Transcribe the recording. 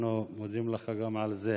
אנחנו גם מודים לך על זה.